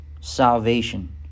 salvation